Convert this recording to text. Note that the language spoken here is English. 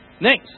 Next